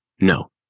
No